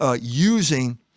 using